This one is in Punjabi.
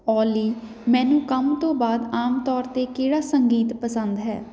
ਓਲੀ ਮੈਨੂੰ ਕੰਮ ਤੋਂ ਬਾਅਦ ਆਮ ਤੌਰ 'ਤੇ ਕਿਹੜਾ ਸੰਗੀਤ ਪਸੰਦ ਹੈ